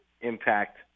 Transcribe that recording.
impact